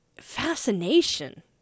fascination